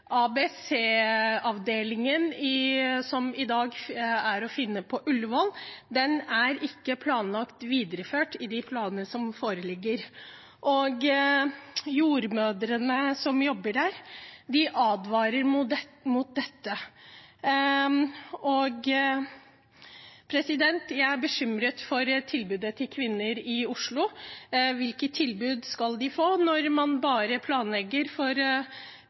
som i dag er å finne på Ullevål, er ikke planlagt videreført i de planene som foreligger. Jordmødrene som jobber der, advarer mot dette. Jeg er bekymret for tilbudet til kvinner i Oslo. Hvilke tilbud skal de få når man bare planlegger for